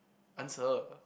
answer